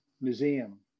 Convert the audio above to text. Museum